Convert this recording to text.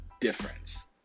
difference